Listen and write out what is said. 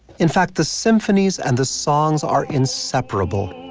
in fact, the symphonies and the songs are inseparable.